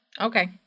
Okay